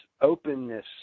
openness